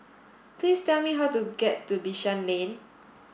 please tell me how to get to Bishan Lane